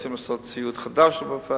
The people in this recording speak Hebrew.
רוצים לתת ציוד חדש לפריפריה,